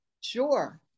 Sure